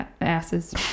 asses